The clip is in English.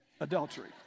Adultery